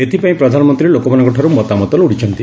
ଏଥିପାଇଁ ପ୍ରଧାନମନ୍ତ୍ରୀ ଲୋକମାନଙ୍କଠାର୍ ମତାମତ ଲୋଡ଼ିଛନ୍ତି